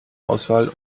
auswahl